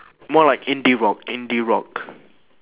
more like indie rock indie rock